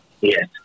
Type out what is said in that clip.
Yes